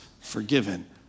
forgiven